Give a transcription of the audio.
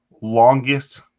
longest